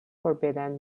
forbidden